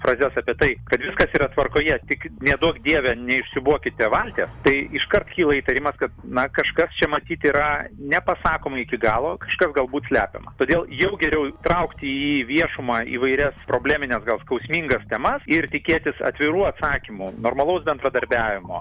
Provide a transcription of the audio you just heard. frazes apie tai kad viskas yra tvarkoje tik neduok dieve neišsiūbuokite valties tai iškart kyla įtarimas kad na kažkas čia matyt yra nepasakoma iki galo kažkas galbūt slepiama todėl jau geriau traukti į viešumą įvairias problemines gal skausmingas temas ir tikėtis atvirų atsakymų normalaus bendradarbiavimo